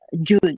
june